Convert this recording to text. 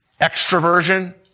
extroversion